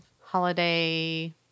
holiday